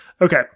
Okay